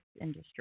industry